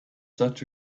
such